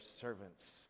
servants